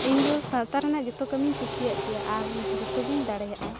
ᱤᱧ ᱫᱚ ᱥᱟᱶᱛᱟ ᱨᱮᱱᱟᱜ ᱡᱚᱛᱚ ᱠᱟᱹᱢᱤᱧ ᱠᱩᱥᱤᱭᱟᱜ ᱜᱮᱭᱟ ᱟᱨ ᱡᱚᱛᱚᱜᱤᱧ ᱫᱟᱲᱮᱭᱟᱜᱼᱟ